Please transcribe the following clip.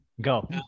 Go